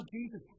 Jesus